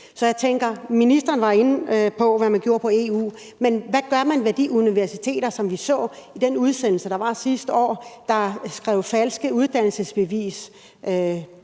sundhedsvæsen. Ministeren var inde på, hvad man gjorde i EU, men hvad gør man med de universiteter, som vi så i den udsendelse, der var sidste år, og som skrev falske uddannelsesbeviser?